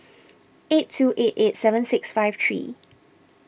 eight two eight eight seven six five three